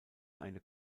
eine